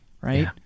right